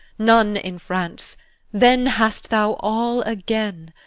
none in france then hast thou all again.